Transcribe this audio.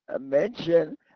mention